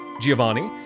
Giovanni